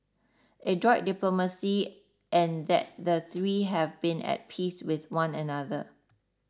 adroit diplomacy and that the three have been at peace with one another